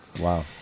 Wow